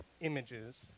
images